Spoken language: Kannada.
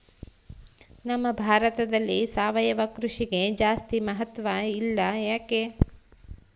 ನಮ್ಮ ಭಾರತದಲ್ಲಿ ಸಾವಯವ ಕೃಷಿಗೆ ಜಾಸ್ತಿ ಮಹತ್ವ ಇಲ್ಲ ಯಾಕೆ?